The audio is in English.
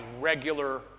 regular